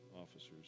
officers